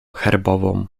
herbową